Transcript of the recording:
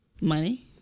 money